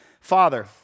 Father